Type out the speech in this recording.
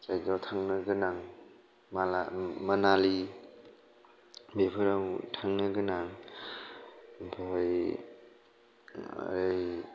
जायगायाव थांनो गोनां मानालि बेफोराव थांनो गोनां बहाय